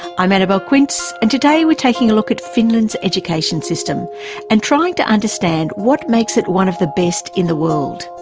i'm annabelle quince and today we're taking a look at finland's education system and trying to understand what makes it one of the best in the world.